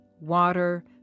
water